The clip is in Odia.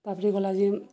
ତାପରେ ଗଲା ଯେ